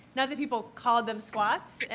not that people called them squats,